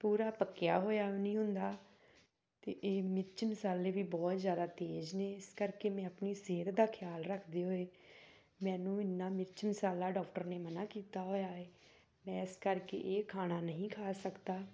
ਪੂਰਾ ਪੱਕਿਆ ਹੋਇਆ ਵੀ ਨਹੀਂ ਹੁੰਦਾ ਅਤੇ ਇਹ ਮਿਰਚ ਮਸਾਲੇ ਵੀ ਬਹੁਤ ਜ਼ਿਆਦਾ ਤੇਜ ਨੇ ਇਸ ਕਰਕੇ ਮੈਂ ਆਪਣੀ ਸਿਹਤ ਦਾ ਖਿਆਲ ਰੱਖਦੇ ਹੋਏ ਮੈਨੂੰ ਇੰਨਾ ਮਿਰਚਾਂ ਮਸਾਲਾ ਡਾਕਟਰ ਨੇ ਮਨਾ ਕੀਤਾ ਹੋਇਆ ਹੈ ਮੈਂ ਇਸ ਕਰਕੇ ਇਹ ਖਾਣਾ ਨਹੀਂ ਖਾ ਸਕਦਾ